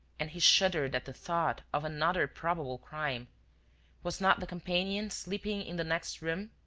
and he shuddered at the thought of another probable crime was not the companion sleeping in the next room?